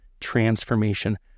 transformation